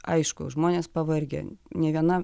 aišku žmonės pavargę ne viena